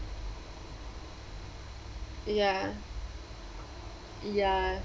ya ya